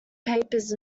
papers